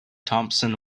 thompson